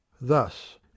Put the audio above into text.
thus